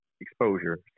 exposure